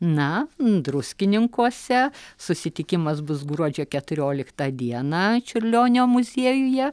na druskininkuose susitikimas bus gruodžio keturioliktą dieną čiurlionio muziejuje